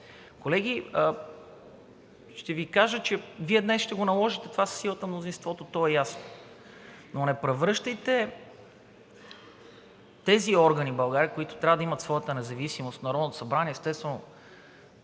Колеги, ще Ви кажа, че Вие днес ще наложите това със силата на мнозинството, то е ясно, но тези органи в България трябва да имат своята независимост и в Народното събрание, естествено,